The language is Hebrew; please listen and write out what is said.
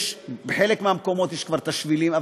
בחלק מהמקומות כבר יש שבילים,